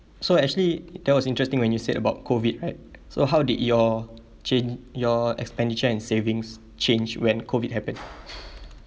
so actually that was interesting when you said about COVID right so how did your chan~ your expenditure and savings change when COVID happen